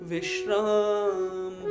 Vishram